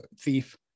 thief